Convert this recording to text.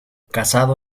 casado